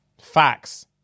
Facts